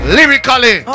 Lyrically